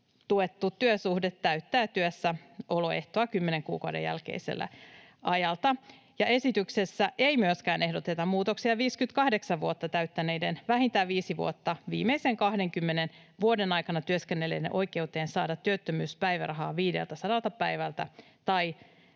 tuettu työsuhde täyttää työssäoloehtoa kymmenen kuukauden jälkeiseltä ajalta. Esityksessä ei myöskään ehdoteta muutoksia 58 vuotta täyttäneiden, vähintään viisi vuotta viimeisen 20 vuoden aikana työskennelleiden oikeuteen saada työttömyyspäivärahaa 500 päivältä tai